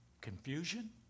confusion